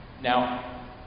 Now